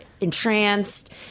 entranced